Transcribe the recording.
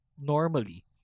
normally